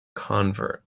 convert